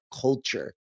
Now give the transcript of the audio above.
culture